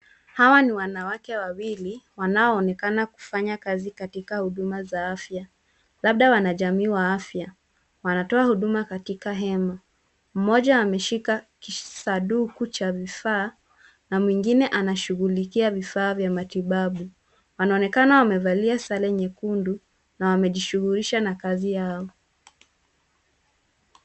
Hawa ni wanawake wawili wanaoonekana kufanya kazi katika huduma za afya, labda wanajamii wa afya. Wanatoa huduma katika hema. Mmoja ameshika kisanduku cha vifaa na mwingine anashughulikia vifaa vya matibabu. Wanaonekana wamevalia sare nyekundu na wamejishughulisha na kazi yao.